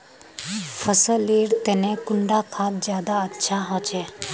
फसल लेर तने कुंडा खाद ज्यादा अच्छा होचे?